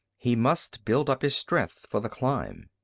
he must build up his strength for the climb.